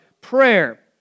prayer